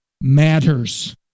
matters